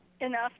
enough